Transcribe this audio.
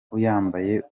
uyambaye